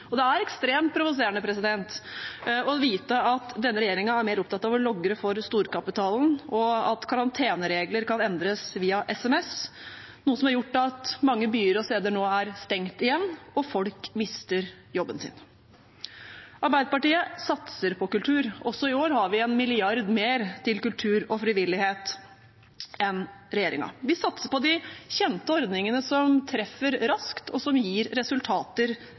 Det er ekstremt provoserende å vite at denne regjeringen er mer opptatt av å logre for storkapitalen, og at karanteneregler kan endres via sms, noe som har gjort at mange byer og steder nå er stengt igjen, og at folk mister jobben sin. Arbeiderpartiet satser på kultur. Også i år har vi en milliard mer til kultur og frivillighet enn regjeringen. Vi satser på de kjente ordningene som treffer raskt, som gir resultater